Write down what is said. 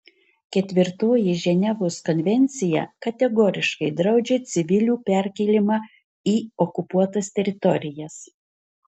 ketvirtoji ženevos konvencija kategoriškai draudžia civilių perkėlimą į okupuotas teritorijas